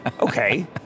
okay